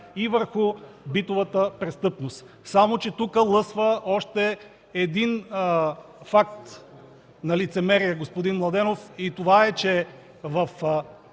и върху битовата престъпност. Само че тук лъсва още един факт на лицемерие, господин Младенов, и това е, че в